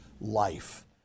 life